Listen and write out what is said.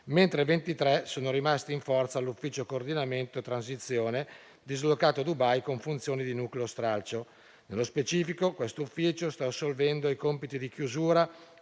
mentre 23 sono rimasti in forza all'ufficio coordinamento transizione, dislocato a Dubai con funzioni di nucleo stralcio. Nello specifico, quest'ufficio sta assolvendo i compiti di chiusura